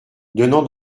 donnant